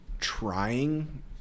trying